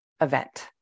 event